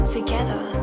Together